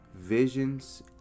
Visions